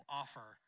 offer